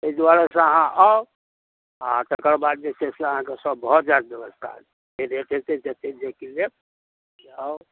ताहि दुआरे से अहाँ आउ आ तकर बाद जे छै से अहाँकेँ सभ भऽ जायत सभ व्यवस्था जे रेट हेतै से हेतै जे किछु लेब आउ